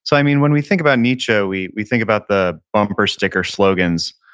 so i mean, when we think about nietzsche, we we think about the bumper sticker slogans,